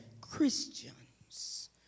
Christians